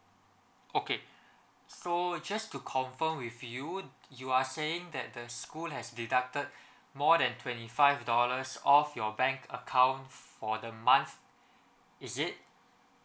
okay so just to confirm with you you are saying that the school has deducted more than twenty five dollars off your bank account for the month is it